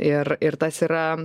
ir ir tas yra